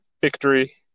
victory